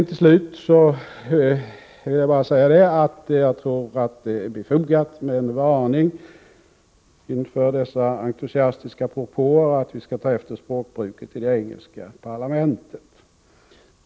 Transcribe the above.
Till slut vill jag bara säga, att jag tror att det är befogat med en varning inför AS Re å dessa entusiastiska propåer, att vi skall ta efter språkbruket i det engelska öm HTUckrung: parlamentet.